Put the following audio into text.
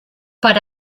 per